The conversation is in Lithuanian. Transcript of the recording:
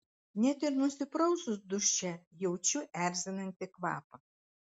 net ir nusiprausus duše jaučiu erzinantį kvapą